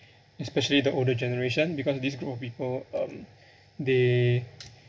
especially the older generation because this group of people um they